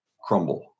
crumble